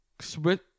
switch